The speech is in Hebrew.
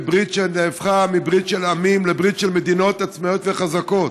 וברית שנהפכה מברית של עמים לברית של מדינות עצמאיות וחזקות.